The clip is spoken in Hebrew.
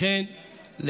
לכן,